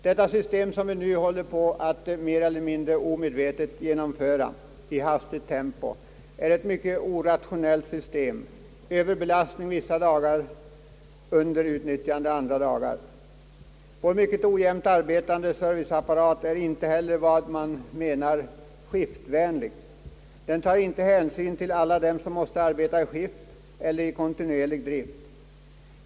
Det system som vi nu mer eller mindre omedvetet håller på att i hastigt tempo införa är mycket orationellt — överbelastning vissa dagar, underutnyttjande andra dagar. Vår mycket ojämnt arbetande serviceapparat är inte heller vad vi kan kalla skiftvänlig. Den tar inte hänsyn till alla dem som måste arbeta i skift eller i kontinuerlig drift.